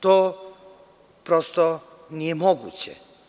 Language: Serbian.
To prosto nije moguće.